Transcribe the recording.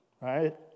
right